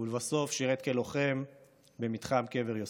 ולבסוף שירת כלוחם במתחם קבר יוסף.